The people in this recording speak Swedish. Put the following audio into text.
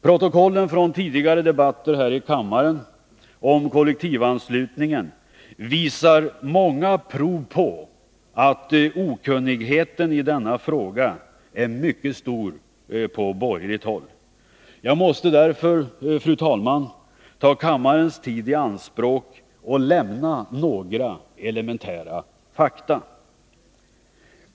Protokollen från tidigare debatter här i kammaren om kollektivanslutningen visar många prov på att okunnigheten när det gäller denna fråga är mycket stor på borgerligt håll. Jag måste därför, fru talman, ta kammarens tid i anspråk och lämna några elementära fakta.